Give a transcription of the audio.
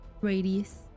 radius